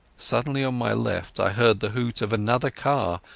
suddenly on my left i heard the hoot of another car,